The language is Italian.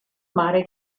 mare